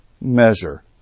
measure